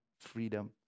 freedom